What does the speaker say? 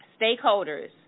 Stakeholders